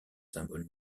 symbole